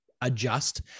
adjust